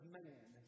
man